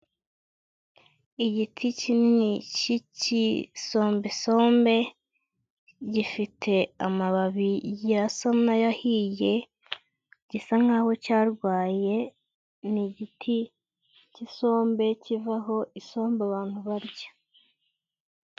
Igiti kinini cy'ikisombesombe, gifite amababi asa nk'ayahiye, gisa nk'aho cyarwaye, ni igiti cy'isombe, kivaho isombe abantu barya.